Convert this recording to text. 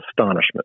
astonishment